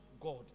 God